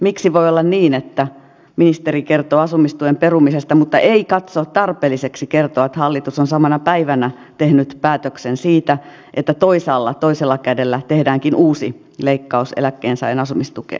miksi voi olla niin että ministeri kertoo asumistuen leikkauksen perumisesta mutta ei katso tarpeelliseksi kertoa että hallitus on samana päivänä tehnyt päätöksen siitä että toisaalla toisella kädellä tehdäänkin uusi leikkaus eläkkeensaajan asumistukeen